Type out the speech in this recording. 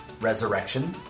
resurrection